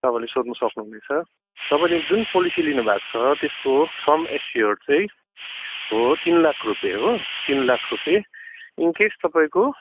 तपाईँले सोध्न सक्नुहुनेछ तपाईँले जुन पोलिसी लिनुभएको छ त्यसको सम एस्युर्ड चाहिँ हो तिन लाख रुपियाँ हो तिन लाख रुपियाँ इनकेस तपाईँको